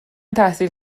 تحصیل